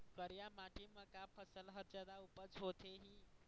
करिया माटी म का फसल हर जादा उपज होथे ही?